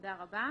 תודה רבה.